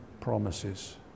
promises